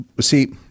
see